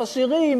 עשירים,